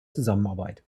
zusammenarbeit